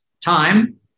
Time